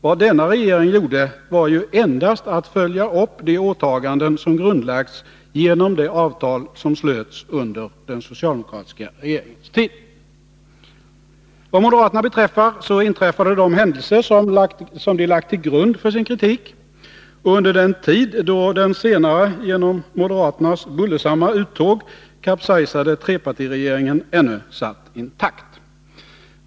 Vad denna regering gjorde var ju endast att följa upp de åtaganden som grundlagts genom det avtal som slöts under den socialdemokratiska regeringens tid. Vad moderaterna beträffar inträffade de händelser som de lagt till grund för sin kritik under den tid då den senare genom moderaternas bullersamma uttåg kapsejsade trepartiregeringen ännu satt intakt.